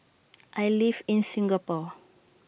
I live in Singapore